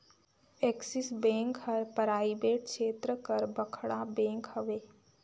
axis bank हर private छेत्र कर बड़खा बेंक हवे